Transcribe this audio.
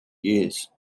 years